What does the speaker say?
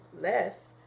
less